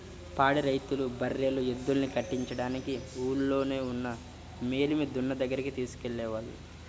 పాడి రైతులు బర్రెలు, ఎద్దుల్ని కట్టించడానికి ఊల్లోనే ఉన్న మేలిమి దున్న దగ్గరికి తీసుకెళ్ళేవాళ్ళు